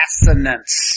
assonance